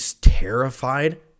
terrified